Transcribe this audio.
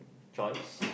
chores